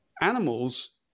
animals